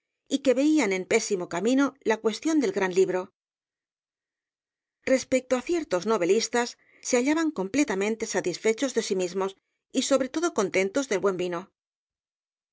y que veían en pésimo camino la cuestión del gran libro respecto á ciertos novelistas se hallaban completamente satisfechos de sí mismos y sobre todo contentos del buen vino